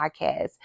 podcast